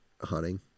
Hunting